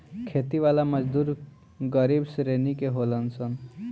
खेती वाला मजदूर गरीब श्रेणी के होलन सन